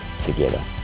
together